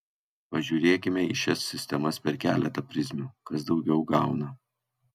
pažiūrėkime į šias sistemas per keletą prizmių kas daugiau gauna